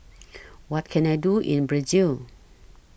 What Can I Do in Brazil